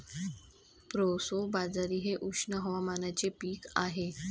proso बाजरी हे उष्ण हवामानाचे पीक आहे